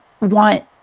want